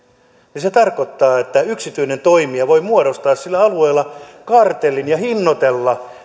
niin se tarkoittaa että yksityinen toimija voi muodostaa sillä alueella kartellin ja hinnoitella